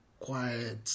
quiet